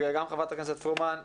גם ח"כ פרומן,